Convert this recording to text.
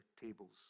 tables